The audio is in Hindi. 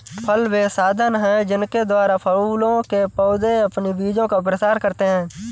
फल वे साधन हैं जिनके द्वारा फूलों के पौधे अपने बीजों का प्रसार करते हैं